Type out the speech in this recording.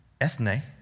Ethne